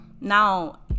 now